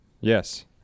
Yes